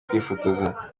kwifotoza